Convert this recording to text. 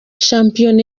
shampiyona